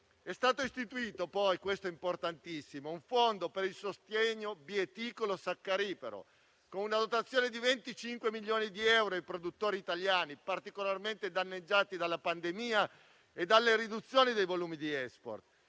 È stato istituito - questo è importantissimo - un Fondo per il sostegno bieticolo-saccarifero con una dotazione di 25 milioni di euro per i produttori italiani particolarmente danneggiati dalla pandemia e dalle riduzioni dei volumi di *export*.